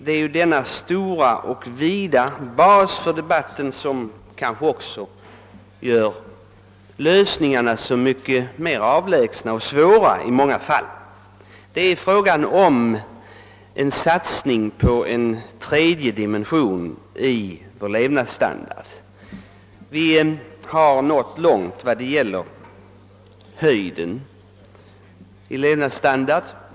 Det är kanske denna stora och vida bas för debatten som i många fall gör det svårt att finna de riktiga lösningarna. Det är fråga om en satsning på en tredje dimension i vår levnadsstandard. Vi har nått långt när det gäller höjden på levnadsstandarden.